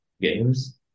games